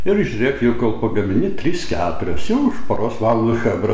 ir žiūrėk jau kol pagamini trys keturios jau už poros valandų chebra